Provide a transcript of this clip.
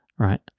Right